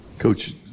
Coach